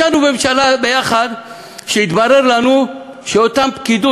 ישבנו בממשלה ביחד כשהתברר לנו שאותה פקידות